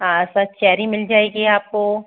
हाँ sir cherry मिल जाएगी आपको